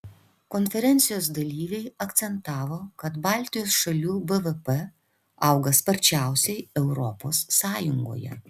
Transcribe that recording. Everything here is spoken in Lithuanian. konferencijos dalyviai akcentavo kad baltijos šalių bvp auga sparčiausiai europos sąjungoje